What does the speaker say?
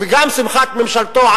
וגם שמחת ממשלתו,